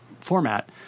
format